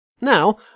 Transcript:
Now